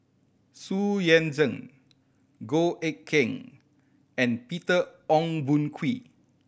Xu Yuan Zhen Goh Eck Kheng and Peter Ong Boon Kwee